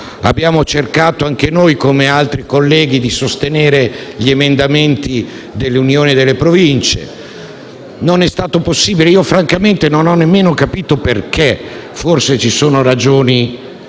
Abbiamo cercato anche noi, come altri colleghi, di sostenere gli emendamenti dell'Unione delle Province: non è stato possibile. Francamente non ho nemmeno capito perché; forse ci sono ragioni